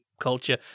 culture